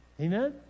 Amen